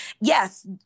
Yes